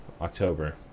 October